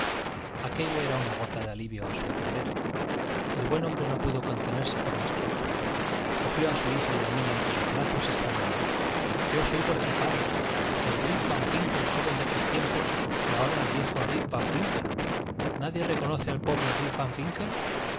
aquello era una gota de alivio a su entender el buen hombre no pudo contenerse por más tiempo cogió a su hija y al niño entre sus brazos exclamando yo soy vuestro padre el rip van winkle joven de otros tiempos y ahora el viejo rip van winkle nadie reconoce al pobre rip